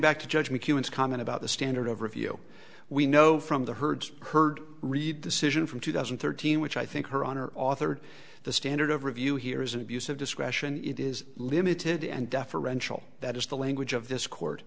back to judge make humans comment about the standard of review we know from the herd's heard read decision from two thousand and thirteen which i think her honor authored the standard of review here is an abuse of discretion it is limited and deferential that is the language of this court